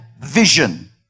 vision